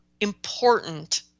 important